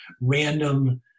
random